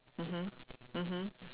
mmhmm mmhmm